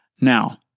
Now